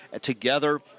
together